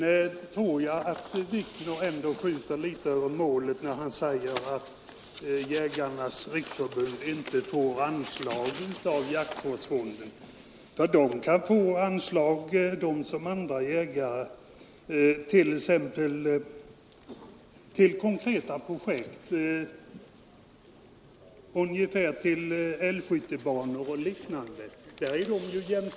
Herr Wikner skjuter vidare litet över målet när han säger, att Jägarnas riksförbund-Landsbygdens jägare inte får anslag ur jaktvårdsfonden, eftersom det till detta förbund liksom till andra intressenter inom jaktområdet kan utgå medel till konkreta projekt, såsom till älgskyttebanor och liknande ändamål.